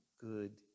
good